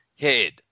head